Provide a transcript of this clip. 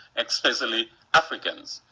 especially africans.